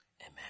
Amen